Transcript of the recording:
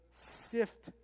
sift